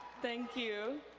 thank you,